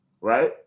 right